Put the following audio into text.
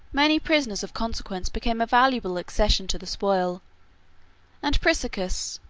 many prisoners of consequence became a valuable accession to the spoil and priscus,